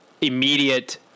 immediate –